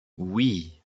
oui